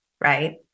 right